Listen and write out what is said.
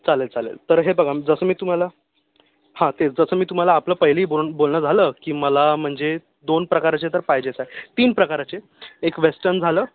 चालेल चालेल तर हे बघा जसं मी तुम्हाला हा तेच जसं मी तुम्हाला आपलं पहिलेही बो बोलणं झालं की मला म्हणजे दोन प्रकारचे तर पाहिजेच आहे तीन प्रकारचे एक वेस्टर्न झालं